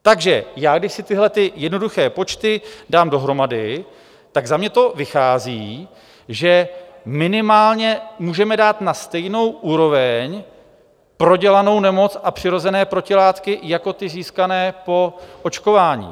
Takže já když si tyhle jednoduché počty dám dohromady, tak za mě to vychází, že minimálně můžeme dát na stejnou úroveň prodělanou nemoc a přirozené protilátky jako ty získané po očkování.